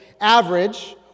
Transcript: average